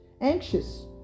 anxious